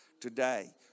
today